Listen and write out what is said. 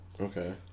Okay